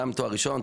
תואר ראשון,